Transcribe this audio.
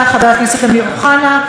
חבר הכנסת אמיר אוחנה,